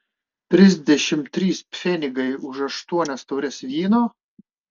trisdešimt trys pfenigai už aštuonias taures vyno